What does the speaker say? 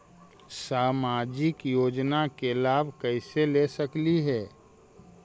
सामाजिक योजना के लाभ कैसे ले सकली हे?